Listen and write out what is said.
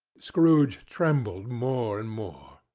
scrooge trembled more and more.